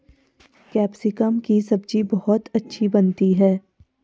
capsicum की सब्जी बहुत अच्छी बनती है